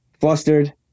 flustered